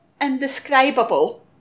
indescribable